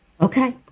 Okay